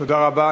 תודה רבה.